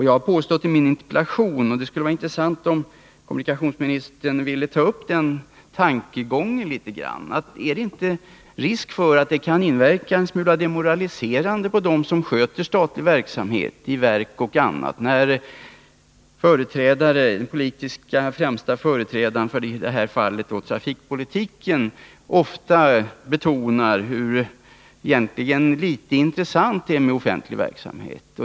Jag har påstått i min interpellation, och det skulle vara intressant om kommunikationsministern ville ta upp den tankegången litet grand, att det kanske finns risk för att det kan verka en smula demoraliserande på dem som Nr 49 sköter statlig verksamhet i verk och annorstädes, att den politiskt främste företrädaren för en verksamhet —i det här fallet trafikpolitiken — ofta betonar hur litet intressant det är med offentlig verksamhet.